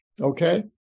Okay